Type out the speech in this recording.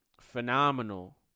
Phenomenal